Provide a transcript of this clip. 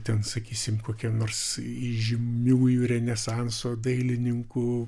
ten sakysim kokia nors įžymiųjų renesanso dailininkų